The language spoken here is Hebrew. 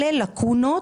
אלה לקונות,